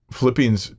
Philippians